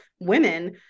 women